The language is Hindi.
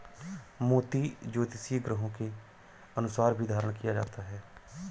मोती ज्योतिषीय ग्रहों के अनुसार भी धारण किया जाता है